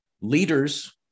Leaders